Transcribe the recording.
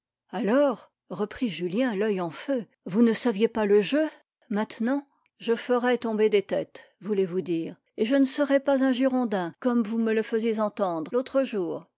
alors reprit julien l'oeil en feu vous ne saviez pas le jeu maintenant je ferais tomber des têtes voulez-vous dire et je ne serais pas un girondin comme vous me le faisiez entendre l'autre jour